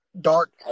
Dark